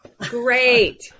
Great